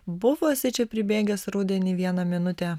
buvo jisai čia pribėgęs rudenį vieną minutę